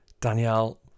Danielle